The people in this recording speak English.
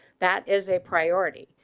that is a priority.